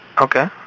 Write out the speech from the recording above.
Okay